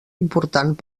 important